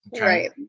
right